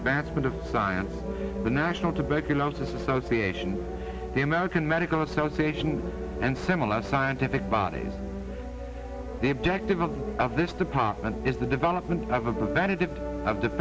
advancement of science the national tuberculosis association the american medical association and similar scientific body activity of this department is the development of